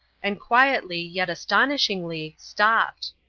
and quietly, yet astonishingly, stopped.